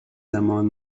زمان